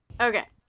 Okay